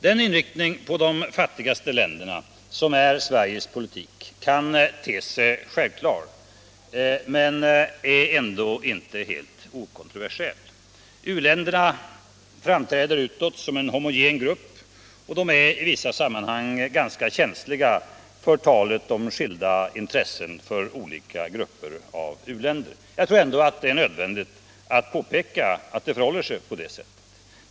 Den inriktning på de fattigaste länderna som är Sveriges politik kan te sig självklar men är ändå inte helt okontroversiell. U-länderna framträder utåt som en homogen grupp, och det är i vissa sammanhang känsligt att tala om skilda intressen för olika grupper av u-länder. Jag tror Internationellt utvecklingssamar ändå att det är nödvändigt att påpeka att det finns skilda intressen.